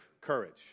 courage